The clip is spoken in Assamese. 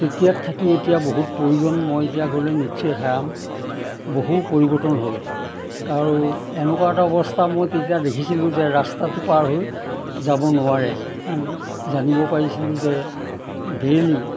তেতিয়াত থাকি এতিয়া বহুত প্ৰয়োজন মই এতিয়া গ'লে নিশ্চয় হেৰাম বহু পৰিৱৰ্তন হ'ল কাৰণ এনেকুৱা এটা অৱস্থা মই তেতিয়া দেখিছিলোঁ যে ৰাস্তাটো পাৰ হৈ যাব নোৱাৰে কাৰণ জানিব পাৰিছিলোঁ যে ডেইলি